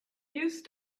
used